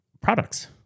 products